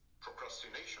procrastination